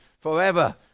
forever